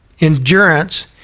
Endurance